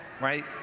right